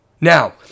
Now